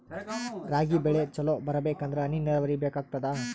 ರಾಗಿ ಬೆಳಿ ಚಲೋ ಬರಬೇಕಂದರ ಹನಿ ನೀರಾವರಿ ಬೇಕಾಗತದ?